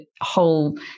whole